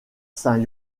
saint